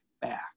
back